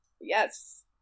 Yes